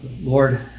Lord